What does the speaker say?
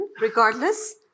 regardless